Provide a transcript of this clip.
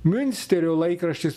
miunsterio laikraštis